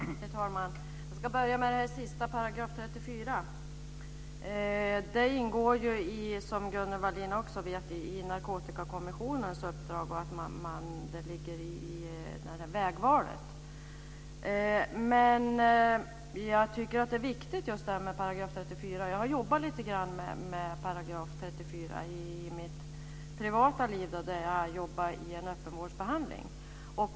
Herr talman! Jag ska börja med det sista -§ 34. Det ingår som Gunnel Wallin också vet i Narkotikakommissionens uppdrag och i rapporten Vägvalet. Jag tycker att det här med § 34 är viktigt. Jag har jobbat lite grann med det i mitt privata liv, när jag har jobbat i en öppenvårdsbehandling.